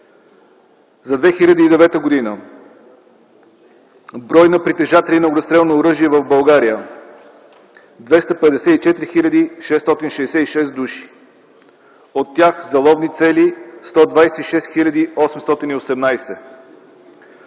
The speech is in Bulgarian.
За 2009 г. брой на притежатели на огнестрелно оръжие в България - 254 666 души. От тях за ловни цели – 126 818.